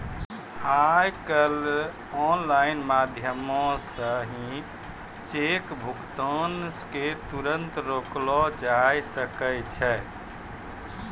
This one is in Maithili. आइ काल्हि आनलाइन माध्यमो से सेहो चेक भुगतान के तुरन्ते रोकलो जाय सकै छै